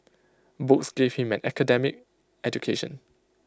books gave him an academic education